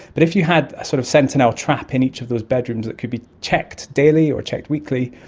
but if you had a sort of sentinel trap in each of those bedrooms that could be checked daily or checked weekly,